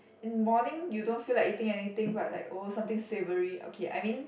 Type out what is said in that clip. in morning you don't feel like eating anything but like oh something savory okay I mean